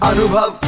Anubhav